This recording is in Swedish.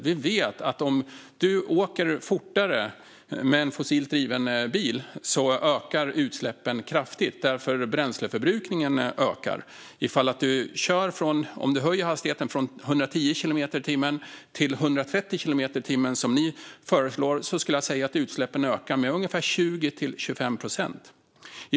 Vi vet att om du åker fortare med en fossilt driven bil ökar utsläppen kraftigt, eftersom bränsleförbrukningen ökar. Om du höjer hastigheten från 110 kilometer i timmen till 130 kilometer i timmen som ni föreslår skulle jag säga att utsläppen ökar med ungefär 20-25 procent.